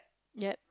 yup